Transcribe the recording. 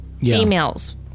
females